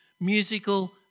musical